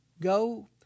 Go